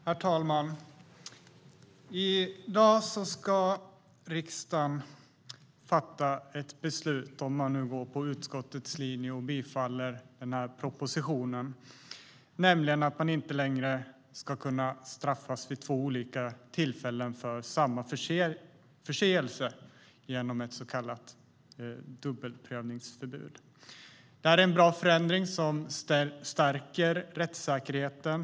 Herr talman! I dag ska riksdagen, om vi nu går på utskottets linje och bifaller propositionen, fatta beslut om att genom ett så kallat dubbelprövningsförbud se till att man inte längre ska kunna straffas för samma förseelse vid två olika tillfällen. Detta är en bra förändring som stärker rättssäkerheten.